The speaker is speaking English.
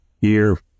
year